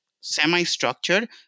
semi-structured